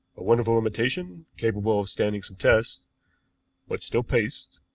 a wonderful imitation, capable of standing some tests but still paste.